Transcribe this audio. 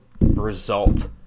result